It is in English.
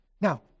Now